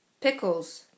Pickles